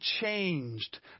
changed